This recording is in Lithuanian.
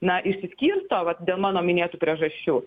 na išsiskirsto vat dėl mano minėtų priežasčių